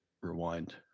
rewind